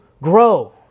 grow